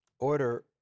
order